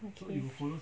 okay